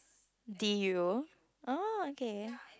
did you oh okay